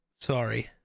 Sorry